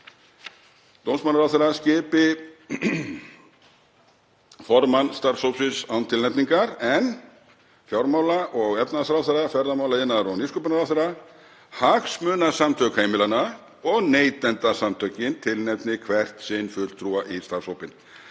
Dómsmálaráðherra skipi formann starfshópsins án tilnefningar en fjármála- og efnahagsráðherra, ferðamála-, iðnaðar- og nýsköpunarráðherra, Hagsmunasamtök heimilanna og Neytendasamtökin tilnefni hvert sinn fulltrúa í starfshópinn.